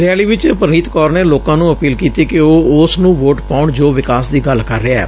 rally ਵਿਚ ਪ੍ਨੀਤ ਕੌਰ ਨੇ ਲੋਕਾਂ ਨੂੰ ਅਪੀਲ ਕੀਤੀ ਕਿ ਉਹ ਉਸਨੂੰ ਵੋਟ ਪਾਉਣ ਜੋ ਵਿਕਾਸ ਦੀ ਗੱਲ ਕਰ ਰਿਹੈ